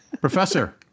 Professor